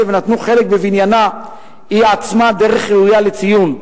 ונטלו חלק בבניינה היא עצמה דרך ראויה לציון,